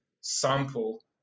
sample